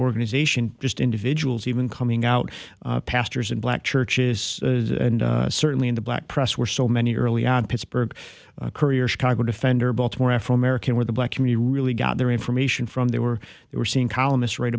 organization just individuals even coming out pastors in black churches and certainly in the black press were so many early on pittsburgh courier chicago defender baltimore afro american where the black community really got their information from they were they were seeing columnists write